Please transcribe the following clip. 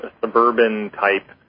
suburban-type